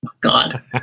God